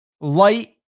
light